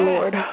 Lord